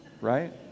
right